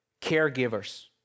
caregivers